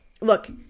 Look